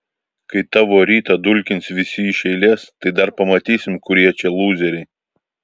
kai tavo rytą dulkins visi iš eilės tai dar pamatysim kurie čia lūzeriai